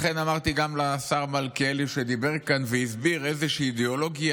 לכן אמרתי גם לשר מלכיאלי שדיבר כאן והסביר איזושהי אידיאולוגיה,